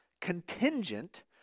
contingent